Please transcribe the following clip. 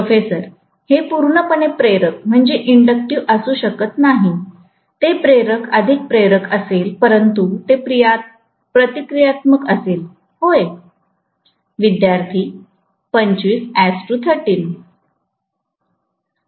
professor हे पूर्ण पणे प्रेरक असू शकत नाही ते प्रतिकार अधिक प्रेरक असेल परंतु ते प्रतिक्रियात्मक असेल होय